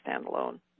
standalone